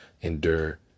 endure